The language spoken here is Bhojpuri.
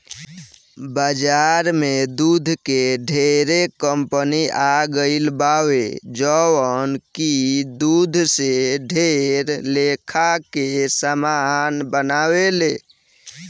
बाजार में दूध के ढेरे कंपनी आ गईल बावे जवन की दूध से ढेर लेखा के सामान बनावेले